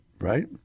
Right